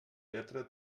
lletra